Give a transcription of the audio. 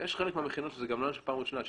יש חלק מהמכינות שזה לא עניין של קשה ומורכב אלא